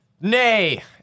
Nay